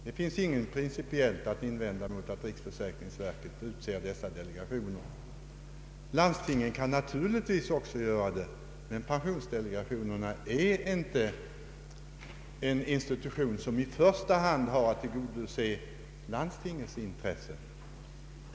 Det finns inget principiellt att invända mot att riksförsäkringsverket utser de nya ledamöterna i delegationerna. Landstingen kan naturligtvis också göra det, men pensionsdelegationerna är inte organ som i första hand har att tillgodose landstingens intressen.